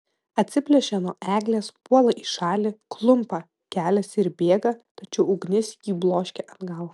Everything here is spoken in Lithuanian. atsiplėšia nuo eglės puola į šalį klumpa keliasi ir bėga tačiau ugnis jį bloškia atgal